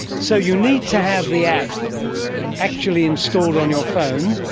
so you need to have the app actually installed on your phone?